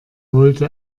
holte